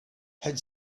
had